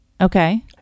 Okay